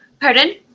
Pardon